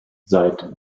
seit